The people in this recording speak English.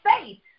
faith